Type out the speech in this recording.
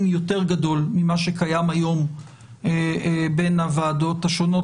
יותר גדול ממה שקיים היום בין הוועדות השונות,